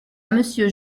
monsieur